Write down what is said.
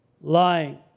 lying